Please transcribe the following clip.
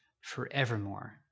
forevermore